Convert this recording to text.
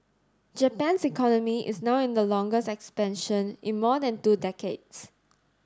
Japan's economy is now in the longest expansion in more than two decades